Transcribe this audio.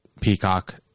Peacock